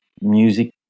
music